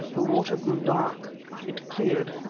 the water grew dark it cleared,